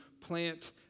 plant